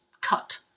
cut